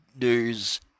news